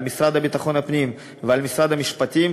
על המשרד לביטחון הפנים ועל משרד המשפטים